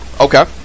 Okay